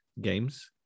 games